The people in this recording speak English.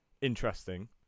interesting